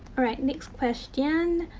alright. next question.